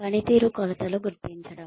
పనితీరు కొలతలు గుర్తించడం